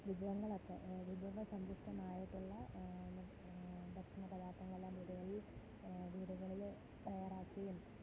വിഭവങ്ങളൊക്കെ വിഭവങ്ങൾ സന്തുഷ്ടമായിട്ടുള്ള ഭക്ഷണ പദാര്ഥങ്ങളെല്ലാം വീടുകളില് വീടുകളില് തയാറാക്കുകയും